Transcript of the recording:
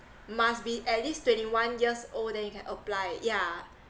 must be at least twenty one years old then you can apply yeah